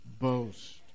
boast